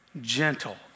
Gentle